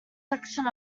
section